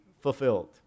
fulfilled